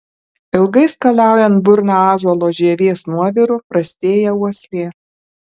ilgai skalaujant burną ąžuolo žievės nuoviru prastėja uoslė